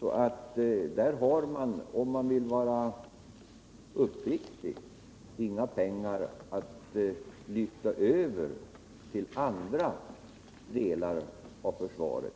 så där har man inga pengar att lyfta över till andra delar av försvaret.